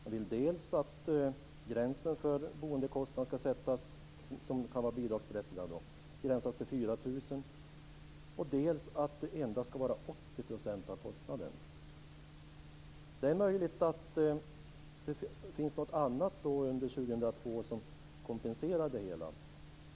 Man vill dels att gränsen för den boendekostnad som kan vara bidragsberättigande ska sättas vid 4 000 kr, dels att det endast ska vara 80 % av kostnaden. Det är möjligt att det finns något annat under 2002 som kompenserar det hela.